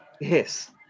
Yes